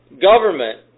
government